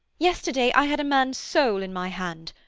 yesterday i had a man's soul in my hand.